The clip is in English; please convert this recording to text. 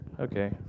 Okay